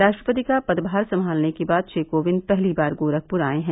राष्ट्रपति का पदभार संभालने के बाद श्री कोविंद पहली बार गोरखपुर आए हैं